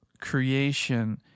creation